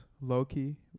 Loki